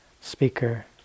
speaker